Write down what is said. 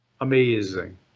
Amazing